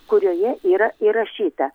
kurioje yra įrašyta